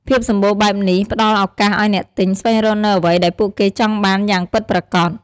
ភាពសម្បូរបែបនេះ ផ្ដល់ឱកាសឱ្យអ្នកទិញស្វែងរកនូវអ្វីដែលពួកគេចង់បានយ៉ាងពិតប្រាកដ។